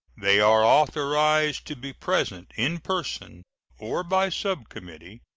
they are authorized to be present, in person or by subcommittee,